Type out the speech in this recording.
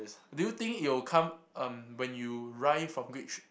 do you think it will come um when you ride from grade thr~